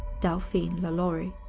delphine lalaurie.